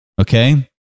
Okay